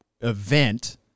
event